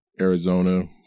Arizona